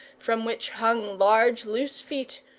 from which hung large loose feet,